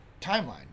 timeline